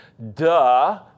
duh